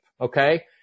okay